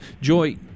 Joy